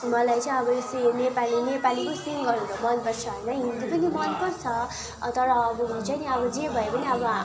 मलाई चाहिँ अब बेसी नेपालीको नेपाली सिङ्गरहरू मनपर्छ होइन हिन्दी पनि मनपर्छ अब तर अब हुन्छ नि अब जे भए पनि अब